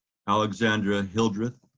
alexandra hildreth,